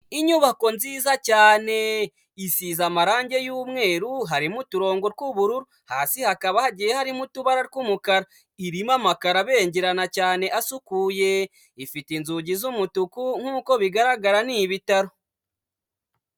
Inyubako nziza cyane, isize amarangi y'umweru, harimo uturongo tw'ubururu, hasi hakaba hagiye harimo utubara tw'umukara, irimo amakaro abengerana cyane asukuye, ifite inzugi z'umutuku, nkuko bigaragara ni ibitaro.